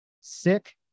Sick